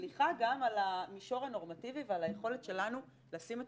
משליכה גם על המישור הנורמטיבי ועל היכולת שלנו לשים את